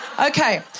Okay